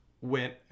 went